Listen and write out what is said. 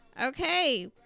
Okay